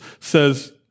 says